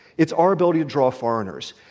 it's our ability to draw foreigners.